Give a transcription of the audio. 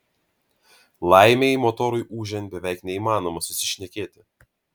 laimei motorui ūžiant beveik neįmanoma susišnekėti